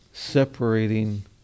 separating